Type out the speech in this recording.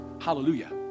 hallelujah